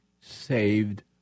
saved